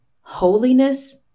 holiness